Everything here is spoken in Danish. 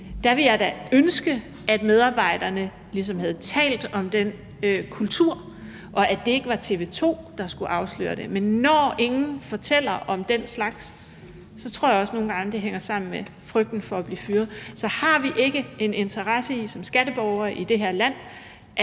Der ville jeg da ønske, at medarbejderne ligesom havde talt om den kultur, og at det ikke var TV 2, der skulle afsløre det. Men når ingen fortæller om den slags, tror jeg også nogle gange, det hænger sammen med frygten for at blive fyret. Så har vi ikke en interesse i som skatteborgere i det her land,